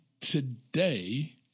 today